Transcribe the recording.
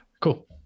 Cool